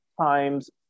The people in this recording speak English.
times